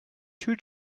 two